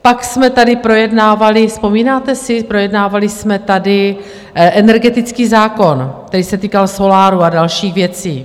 Pak jsme tady projednávali vzpomínáte si? projednávali jsme tady energetický zákon, který se týkal solárů a dalších věcí.